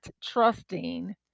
trusting